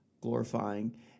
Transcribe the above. glorifying